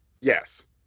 Yes